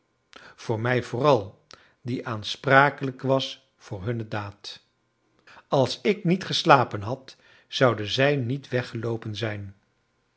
voor mij vooral die aansprakelijk was voor hunne daad als ik niet geslapen had zouden zij niet weggeloopen zijn